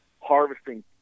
harvesting